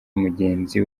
mugenzi